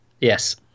Yes